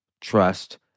trust